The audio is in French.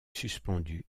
suspendu